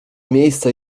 miejsce